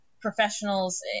Professionals